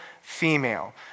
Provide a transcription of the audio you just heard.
female